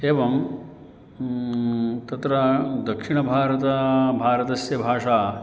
एवं तत्र दक्षिणभारतभारतस्य भाषा